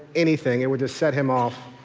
anything. it would just set him off.